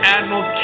Admiral